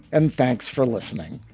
and thanks for listening